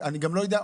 אני גם לא יודע,